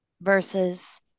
versus